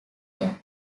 year